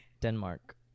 Denmark